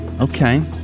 Okay